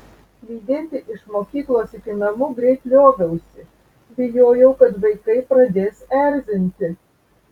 lydėti iš mokyklos iki namų greit lioviausi bijojau kad vaikai pradės erzinti